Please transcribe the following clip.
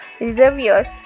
reservoirs